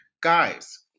guys